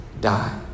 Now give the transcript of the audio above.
die